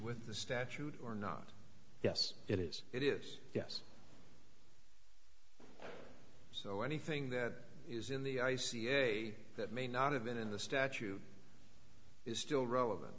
with the statute or not yes it is it is yes so anything that is in the i c a that may not have been in the statute is still relevant